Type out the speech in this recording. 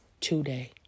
today